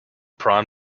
prime